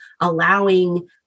allowing